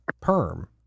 perm